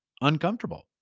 uncomfortable